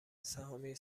سهامی